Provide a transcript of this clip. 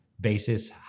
basis